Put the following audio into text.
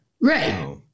right